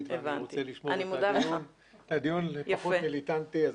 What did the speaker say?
ואני רוצה לשמור שהדיון יהיה פחות מיליטנטי.